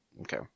okay